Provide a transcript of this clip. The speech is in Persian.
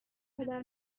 پدر